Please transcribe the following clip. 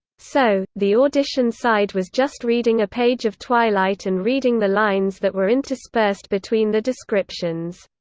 so, the audition side was just reading a page of twilight and reading the lines that were interspersed between the descriptions.